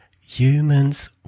humans